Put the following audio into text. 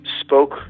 spoke